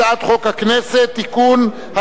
הצעת חוק הכנסת (תיקון,